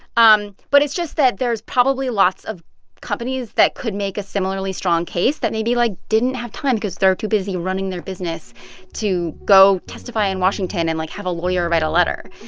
um but it's just that there's probably lots of companies that could make a similarly strong case that maybe, like, didn't have time because they're too busy running their business to go testify in washington and, like, have a lawyer write a letter.